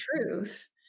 truth